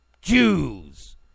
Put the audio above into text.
Jews